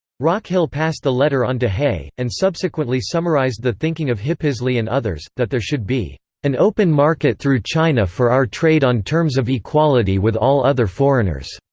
rockhill passed the letter on to hay, and subsequently summarized the thinking of hippisley and others, that there should be an open market through china for our trade on terms of equality with all other foreigners.